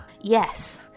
Yes